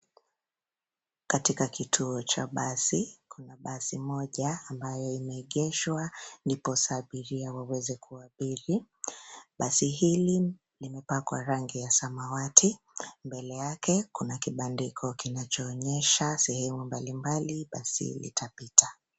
Katika kituo cha basi. Kuna basi moja ambalo limeegeshwa ndiposa abiria waweze kuabiri. Basi hili limepakwa rangi ya samawati. Mbele yake kuna kibandiko kinachoonyesha sehemu mbalimbali basi hili litapita.